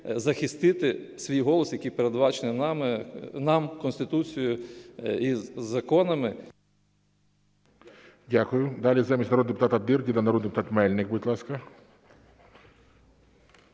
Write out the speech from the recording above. захистити свій голос, який передбачений нам Конституцією і законами… ГОЛОВУЮЧИЙ. Дякую. Далі, замість народного депутата Дирдіна народний депутат Мельник, будь ласка.